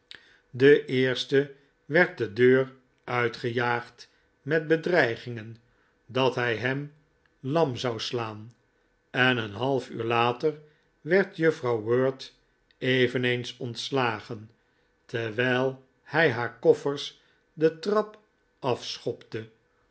de eerste werd de deur uitgejaagd met bedreigingen dat hij hem lam zou slaan en een half uur later werd juffrouw wirt eveneens ontslagen terwijl hij haar koffers de trap af schopte